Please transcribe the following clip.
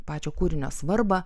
pačio kūrinio svarbą